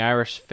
Irish